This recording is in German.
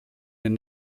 den